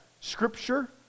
scripture